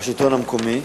בשלטון המקומי,